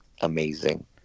amazing